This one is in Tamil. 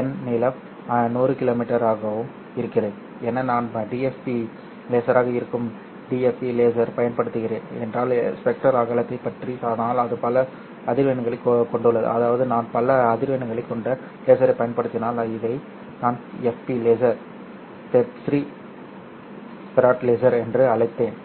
என் நீளம் 100 கிமீ ஆகவும் இருக்கிறது என்ன நான் DFP லேசராக இருக்கும் DFP லேசரைப் பயன்படுத்துகிறேன் என்றால் ஸ்பெக்ட்ரல் அகலத்தைப் பற்றி ஆனால் அது பல அதிர்வெண்களைக் கொண்டுள்ளது அதாவது நான் பல அதிர்வெண்களைக் கொண்ட லேசரைப் பயன்படுத்தினால் இதை நான் FP laser Fabry Perot laser என்று அழைத்தேன்